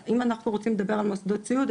אם אנחנו רוצים לדבר על מוסדות סיעוד,